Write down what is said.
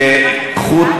שחוט